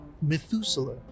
Methuselah